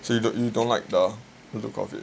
so you don't you don't like the look of it